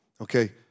okay